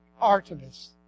Artemis